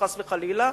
חס וחלילה,